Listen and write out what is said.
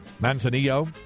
Manzanillo